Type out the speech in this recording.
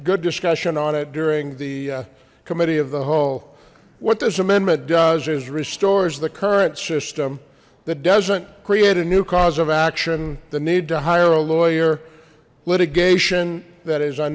good discussion on it during the committee of the whole what this amendment does is restores the current system that doesn't create a new cause of action the need to hire a lawyer litigation that is